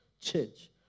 change